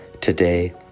Today